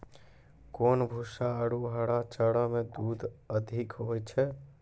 कोन भूसा आरु हरा चारा मे दूध अधिक होय छै?